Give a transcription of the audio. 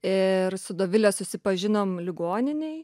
ir su dovile susipažinom ligoninėj